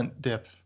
dip